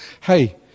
hey